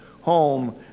home